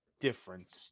difference